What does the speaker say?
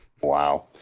Wow